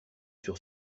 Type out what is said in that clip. sur